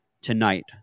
tonight